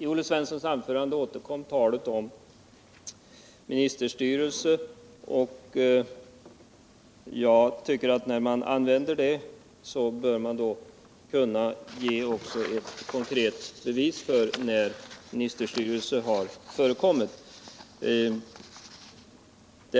I Olle Svenssons anförande återkom talet om ministersstyrelse. Den som talar om ministerstyrelse bör också kunna ge ett konkret bevis på när sådant har förekommit. Det